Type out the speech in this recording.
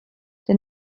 der